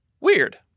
Weird